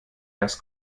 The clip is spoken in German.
das